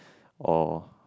or